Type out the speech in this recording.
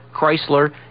Chrysler